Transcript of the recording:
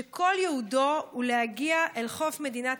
שכל ייעודו הוא להגיע אל חוף מדינת